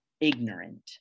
ignorant